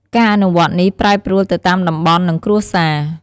ការអនុវត្តនេះប្រែប្រួលទៅតាមតំបន់ និងគ្រួសារ។